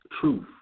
truth